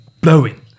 blowing